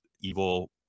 evil